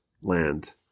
land